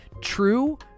true